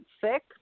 sick